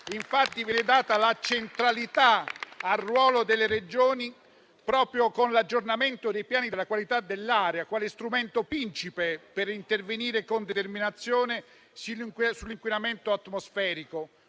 infatti data la centralità al ruolo delle Regioni proprio con l'aggiornamento dei piani di qualità dell'aria, quale strumento principe per intervenire con determinazione sull'inquinamento atmosferico.